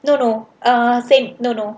no no err same no no